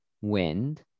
wind